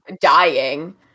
dying